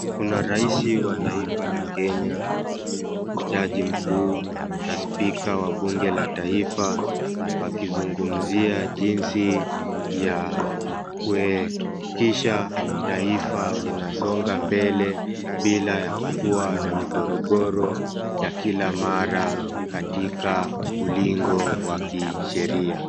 Kuna rais wa taifa la kenya jaji mkuu na spika wa bunge la taifa wakizungumzia jinsi ya kuepusha taifa linasonga mbele bila ya kuwa na migorogoro ya kila mara katika ulingo wa kisheria.